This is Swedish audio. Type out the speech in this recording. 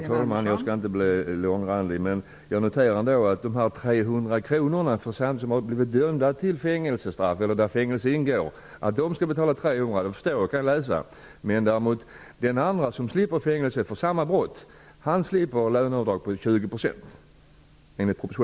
Fru talman! Jag skall inte bli långrandig. Jag noterar att den som döms för brott där fängelse ingår i straffskalan skall betala 300 kr, medan däremot den som slipper fängelse för liknande brott slipper löneavdraget på 20 %.